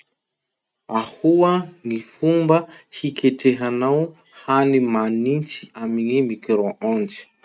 Ahoa ny fomba hiketrahanao hany manitsy amin'ny micro-onde?